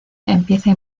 empieza